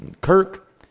Kirk